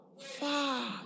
Far